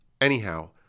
Anyhow